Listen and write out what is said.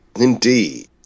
Indeed